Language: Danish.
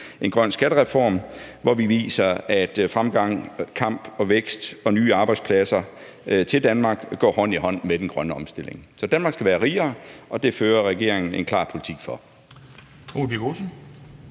en grøn skattereform, hvor vi viser, at fremgang, kamp for vækst og nye arbejdspladser i Danmark går hånd i hånd med den grønne omstilling. Så Danmark skal være rigere, og det fører regeringen en klar politik for.